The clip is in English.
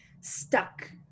stuck